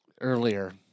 earlier